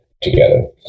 together